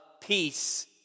peace